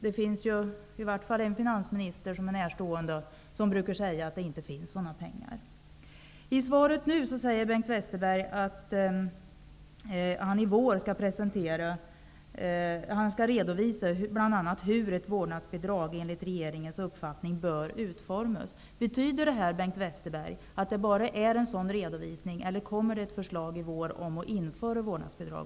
Det finns i varje fall en närstående finansminister som brukar säga att sådana pengar inte finns. I svaret säger Bengt Westerberg att han i vår skall redovisa bl.a. hur ett vårdnadsbidrag enligt regeringens uppfattning bör utformas. Betyder detta, Bengt Westerberg, att det enbart kommer att ske en sådan redovisning, eller kommer det också ett förslag i vår om att införa vårdnadsbidrag?